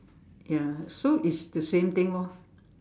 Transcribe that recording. ya so it's the same thing lor